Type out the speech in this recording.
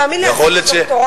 תאמין לי, עשיתי דוקטורט.